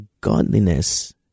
godliness